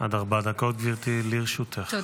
עד ארבע דקות לרשותך, גברתי.